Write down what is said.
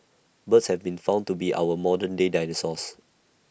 birds have been found to be our modern day dinosaurs